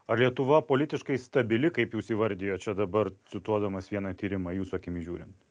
ar lietuva politiškai stabili kaip jūs įvardijot čia dabar cituodamas vieną tyrimą jūsų akimis žiūrint